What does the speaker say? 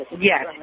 Yes